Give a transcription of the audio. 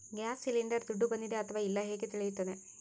Gas cylinder ದುಡ್ಡು ಬಂದಿದೆ ಅಥವಾ ಇಲ್ಲ ಹೇಗೆ ತಿಳಿಯುತ್ತದೆ?